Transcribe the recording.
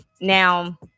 now